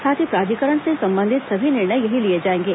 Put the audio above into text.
साथ ही प्राधिकरण से संबंधित सभी निर्णय यही लिए जाएंगे